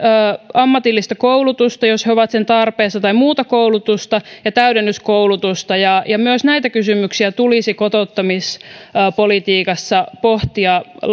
ammatillista koulutusta jos he ovat sen tarpeessa tai muuta koulutusta ja täydennyskoulutusta ja ja myös näitä kysymyksiä tulisi kotouttamispolitiikassa pohtia